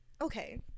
Okay